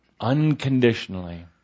unconditionally